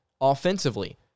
offensively